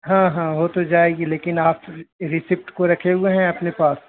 ہاں ہاں ہو تو جائے گی لیکن آپ ریسیپٹ کو رکھے ہوئے ہیں اپنے پاس